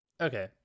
Okay